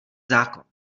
zákon